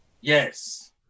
Yes